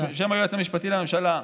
בשם היועץ המשפטי לממשלה,